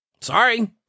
Sorry